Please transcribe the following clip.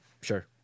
Sure